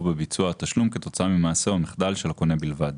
בביצוע התשלום כתוצאה ממעשה או מחדל של הקונה בלבד.